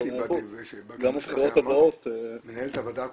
גם בבחירות הבאות --- מנהלת הוועדה הקודמת,